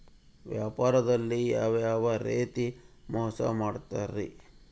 ವ್ಯಾಪಾರದಲ್ಲಿ ಯಾವ್ಯಾವ ರೇತಿ ಮೋಸ ಮಾಡ್ತಾರ್ರಿ?